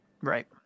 Right